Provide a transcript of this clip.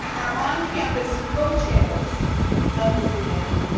are on campus co-chairs of this event.